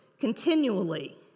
continually